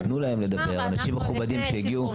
תנו להם לדבר, אנשים מכובדים שהגיעו.